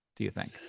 do you think?